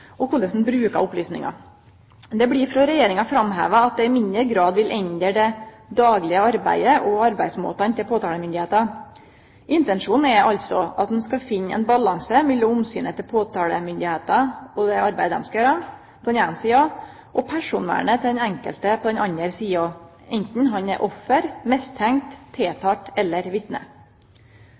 og korleis ein brukar opplysningar. Det blir frå Regjeringa framheva at dette i mindre grad vil endre det daglege arbeidet og arbeidsmåtane til påtalemyndigheita. Intensjonen er altså at ein skal finne ein balanse mellom omsynet til påtalemyndigheita og det arbeidet dei skal gjere, på den eine sida, og personvernet til den enkelte på den andre sida, anten vedkomande er offer, mistenkt, tiltalt eller vitne.